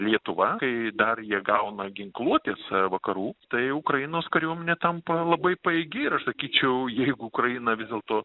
lietuva kai dar jie gauna ginkluotės vakarų tai ukrainos kariuomenė tampa labai pajėgi ir aš sakyčiau jeigu ukraina vis dėlto